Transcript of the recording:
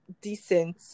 decent